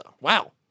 Wow